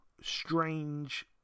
strange